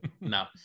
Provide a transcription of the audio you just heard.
No